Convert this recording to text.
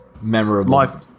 memorable